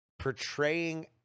portraying